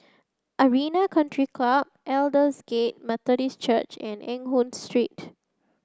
Arena Country Club Aldersgate Methodist Church and Eng Hoon Street